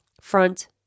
front